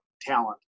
talent